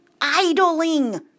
idling